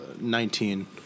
nineteen